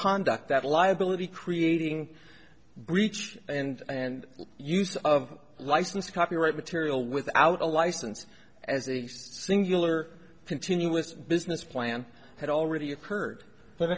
conduct that liability creating breach and use of license copyright material without a license as a singular continuous business plan had already occurred